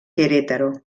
querétaro